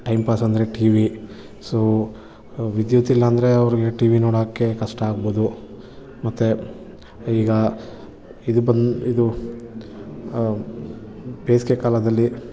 time pass ಅಂದರೆ T V so ವಿದ್ಯುತ್ ಇಲ್ಲಾಂದರೆ ಅವ್ರಿಗೆ ಟಿ ವಿ ನೋಡಕ್ಕೆ ಕಷ್ಟಾಗ್ಬೋದು ಮತ್ತೆ ಈಗ ಇದು ಬನ್ ಇದು ಬೇಸಿಗೆ ಕಾಲದಲ್ಲಿ